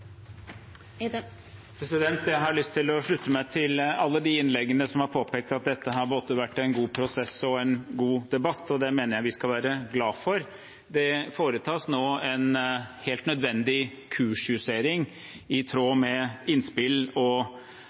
Jeg har lyst til å slutte meg til alle dem som i innleggene har påpekt at dette har vært både en god prosess og en god debatt. Og det mener jeg vi skal være glad for. Det foretas nå en helt nødvendig kursjustering i tråd med innspill